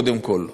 קודם כול: